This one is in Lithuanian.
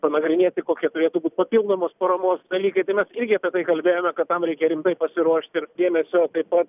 panagrinėti kokie turėtų būt papildomos paramos dalykai tai mes irgi apie tai kalbėjome kad tam reikia rimtai pasiruošt ir dėmesio taip pat